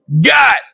got